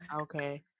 Okay